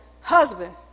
husband